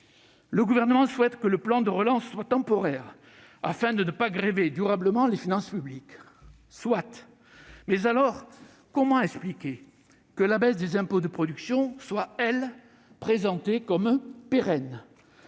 Le Gouvernement souhaite que le plan de relance soit temporaire, afin de ne pas grever durablement les finances publiques. Soit, mais comment expliquer alors que la baisse des impôts de production soit, elle, présentée comme pérenne ?